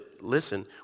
listen